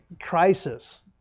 crisis